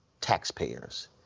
taxpayers